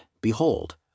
Behold